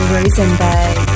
Rosenberg